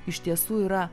iš tiesų yra